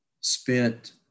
spent